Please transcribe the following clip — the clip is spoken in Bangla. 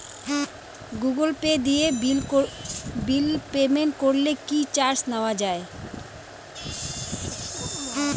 গুগল পে দিয়ে বিল পেমেন্ট করলে কি চার্জ নেওয়া হয়?